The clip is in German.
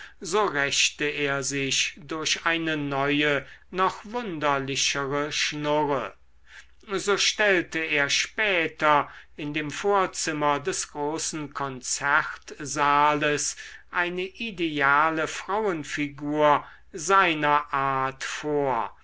so rächte er sich durch eine neue noch wunderlichere schnurre so stellte er später in dem vorzimmer des großen konzertsaales eine ideale frauenfigur seiner art vor